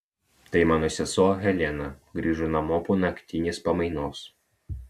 tai mano sesuo helena grįžo namo po naktinės pamainos